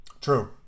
True